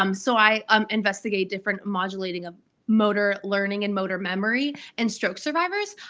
um so, i um investigate different modulating of motor learning and motor memory and stroke survivors.